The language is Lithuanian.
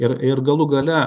ir ir galų gale